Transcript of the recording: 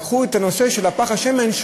לקחו את הנושא של פך השמן,